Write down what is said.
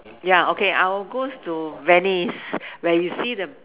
ya okay I will go to Venice where you see the